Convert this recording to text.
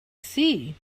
see